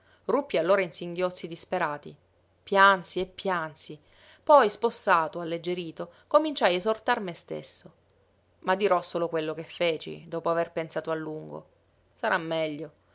ruppi allora in singhiozzi disperati piansi e piansi poi spossato alleggerito cominciai a esortar me stesso ma dirò solo quello che feci dopo aver pensato a lungo sarà meglio